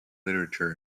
literature